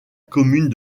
commune